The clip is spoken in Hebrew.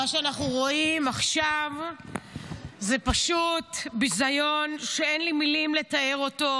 מה שאנחנו רואים עכשיו זה פשוט ביזיון שאין לי מילים לתאר אותו,